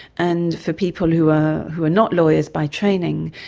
and for people who are who are not lawyers by training,